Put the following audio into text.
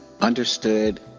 Understood